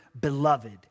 beloved